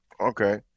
Okay